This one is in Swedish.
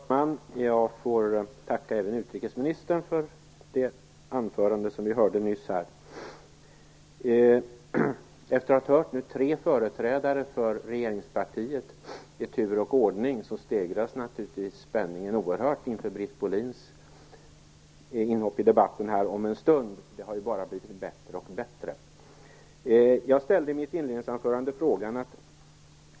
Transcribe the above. Herr talman! Jag får tacka utrikesministern för det anförande som vi nyss hörde. Efter att i tur och ordning ha hört tre företrädare för regeringspartiet stegras naturligtvis spänningen oerhört inför Britt Bohlins inhopp i debatten om en stund. Det har bara blivit bättre och bättre. Jag ställde i mitt inledningsanförande en fråga.